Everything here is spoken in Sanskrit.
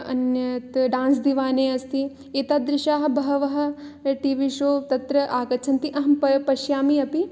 अन्यत् डान्स् दिवाने अस्ति एतादृशाः बहवः टी वी शो तत्र आगच्छन्ति अहं प पश्यामि अपि